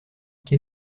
quel